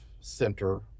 center